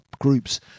Groups